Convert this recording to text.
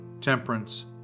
temperance